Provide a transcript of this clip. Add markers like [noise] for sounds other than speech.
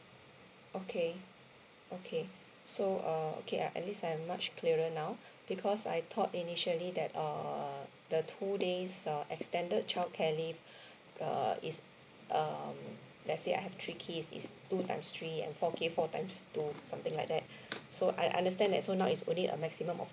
okay okay so uh okay I at least I'm much clearer now because I thought initially that err the two days uh extended childcare leave [breath] err is um let's say I have three kids it's two times three and four kids four times two something like that so I understand that so now it's only a maximum of